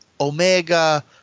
Omega